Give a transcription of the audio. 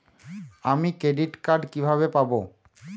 আমি credit card কিভাবে পাবো?